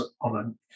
on